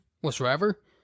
whatsoever